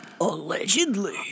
Allegedly